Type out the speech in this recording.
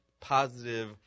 positive